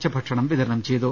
ഉച്ചഭക്ഷണം വിതരണം ചെയ്തു